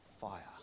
fire